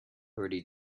already